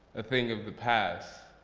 a thing of the past.